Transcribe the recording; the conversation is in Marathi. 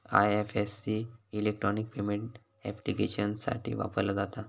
आय.एफ.एस.सी इलेक्ट्रॉनिक पेमेंट ऍप्लिकेशन्ससाठी वापरला जाता